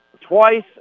twice